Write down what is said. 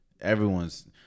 everyone's